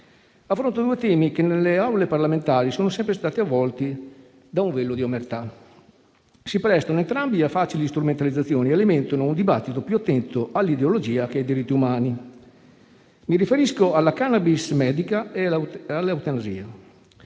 affrontando temi che nelle Aule parlamentari sono sempre stati avvolti da un velo di omertà. Si prestano entrambi a facili strumentalizzazioni e alimentano un dibattito più attento all'ideologia che ai diritti umani. Mi riferisco alla *cannabis* medica e all'eutanasia.